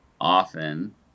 often